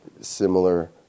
similar